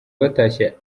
batashye